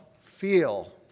feel